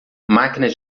máquinas